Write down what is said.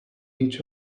each